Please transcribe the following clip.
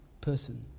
person